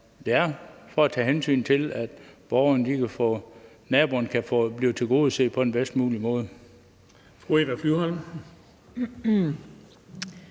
det er for at tage hensyn til, at borgerne, naboerne, kan blive tilgodeset på den bedst mulige måde.